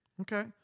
Okay